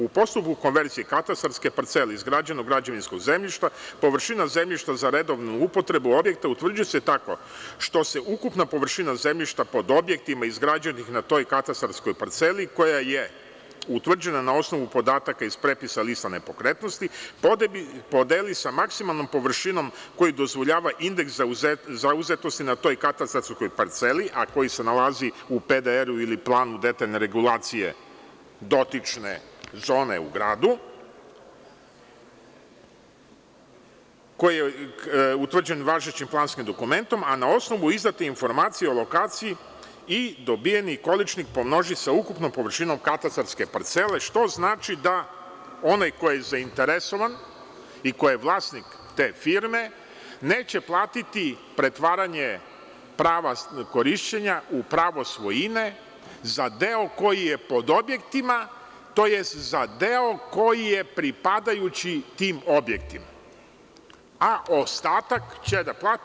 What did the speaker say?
U postupku konverzije katastarske parcele izgrađenog građevinskog zemljišta površina zemljišta za redovnu upotrebu objekta utvrđuje se tako što se ukupna površina zemljišta pod objektima izgrađenih na toj katastarskoj parceli koja je utvrđena na osnovu podataka iz prepisa lista nepokretnosti podeli sa maksimalnom površinu koju dozvoljava indeks zauzetosti na toj katastarskoj parceli, a koji se nalazi u PDR-u, ili Planu detaljne regulacije dotične zone u gradu, koji je utvrđen važećim planskim dokumentom, a na osnovu izdate informacije o lokaciji i dobijeni količnik pomnoži sa ukupnom površinom katastarske parcele, što znači da onaj ko je zainteresovan i ko je vlasnik te firme neće platiti pretvaranje prava korišćenja u pravo svojine za deo koji je pod objektima, tj. za deo koji je pripadajući tim objektima, a ostatak će da plati.